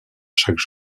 chaque